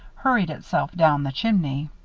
hurled itself down the chimney.